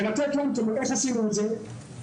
איך עשינו את זה?